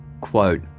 Quote